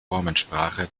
formensprache